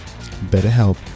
BetterHelp